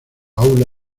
aula